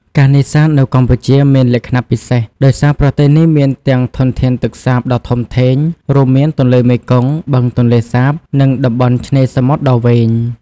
ការនេសាទនៅកម្ពុជាមានលក្ខណៈពិសេសដោយសារប្រទេសនេះមានទាំងធនធានទឹកសាបដ៏ធំធេង រួមមាន ទន្លេមេគង្គ បឹងទន្លេសាប និងតំបន់ឆ្នេរសមុទ្រដ៏វែង។